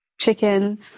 chicken